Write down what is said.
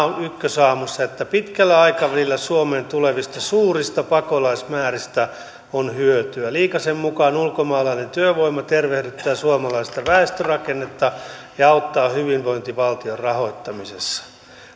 ykkösaamussa että pitkällä aikavälillä suomeen tulevista suurista pakolaismääristä on hyötyä liikasen mukaan ulkomaalainen työvoima tervehdyttää suomalaista väestörakennetta ja auttaa hyvinvointivaltion rahoittamisessa